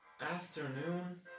afternoon